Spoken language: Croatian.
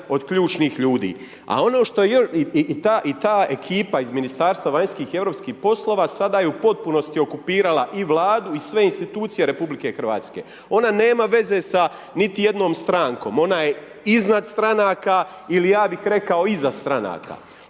od ključnih ljudi. I ta ekipa iz Ministarstva vanjskih i europskih poslova, sada je u potpunosti okupirala i vladu i sve institucije RH. Ona nema veze sa niti jednom strankom, ona je iznad stranka ili ja bi rekao iza stranaka.